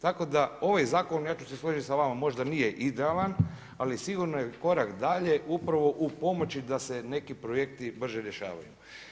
Tako da ovaj zakon, ja ću se složiti sa vama možda nije idealan ali sigurno je korak dalje upravo u pomoći da se neki projekti brže rješavaju.